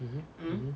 mmhmm mmhmm